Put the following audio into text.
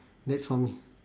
that's for me